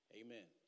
amen